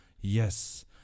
Yes